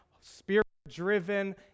Spirit-driven